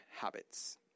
habits